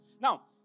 Now